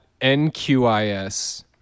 NQIS